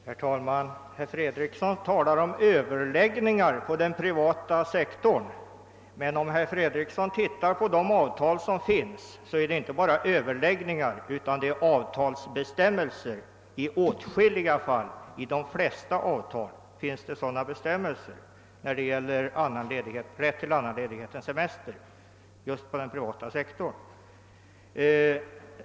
Herr talman! Herr Fredriksson talar om »överläggningar« inom den privata sektorn, men om han studerar avtalen finner han att de flesta innehåller bestämmelser om rätt till annan ledighet än semester just inom den privata sektorn.